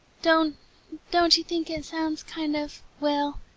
don't don't you think it sounds kind of well,